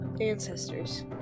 ancestors